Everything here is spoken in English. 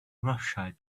rothschild